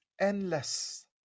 endless